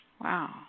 Wow